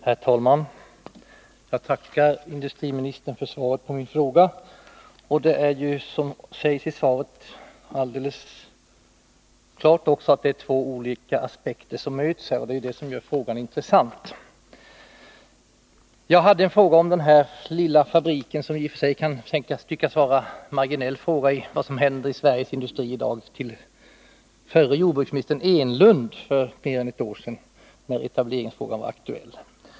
Herr talman! Jag tackar industriministern för svaret på min fråga. Som sägs i svaret kan man se frågan från två olika aspekter, och det är det som gör den intressant. Jag ställde en fråga om den här lilla fabriken — som i och för sig kan tyckas marginell mot bakgrund av vad som händer i Sveriges industri i dag till förre jordbruksministern Enlund för mer än ett år sedan, när etableringsfrågan var aktuell.